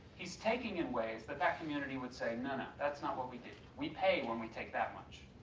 he's taking in ways that that community would say, no no that's not what we do. we pay when we take that much.